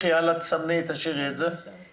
אני אסביר את הרציונל ומה ניסינו לעשות.